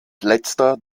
letzter